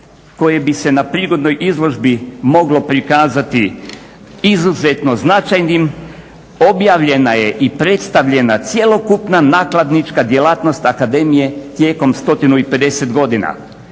koje bi se na prigodnoj izložbi moglo prikazati izuzetno značajnim objavljena je i predstavljena cjelokupna nakladnička djelatnost Akademije tijekom 150 godina.